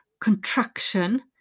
Contraction